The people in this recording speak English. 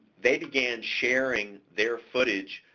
they began sharing their footage,